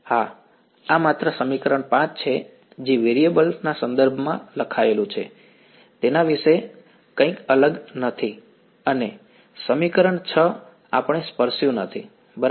હા આ માત્ર સમીકરણ 5 છે જે વેરિયેબલ ના સંદર્ભમાં લખાયેલું છે તેના વિશે કંઈ અલગ નથી અને સમીકરણ 6 આપણે સ્પર્શ્યું નથી બરાબર